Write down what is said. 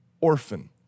orphan